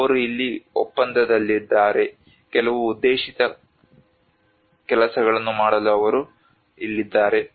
ಅವರು ಇಲ್ಲಿ ಒಪ್ಪಂದದಲ್ಲಿದ್ದಾರೆ ಕೆಲವು ಉದ್ದೇಶಿತ ಕೆಲಸಗಳನ್ನು ಮಾಡಲು ಅವರು ಇಲ್ಲಿದ್ದಾರೆ